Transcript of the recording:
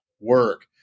work